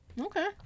okay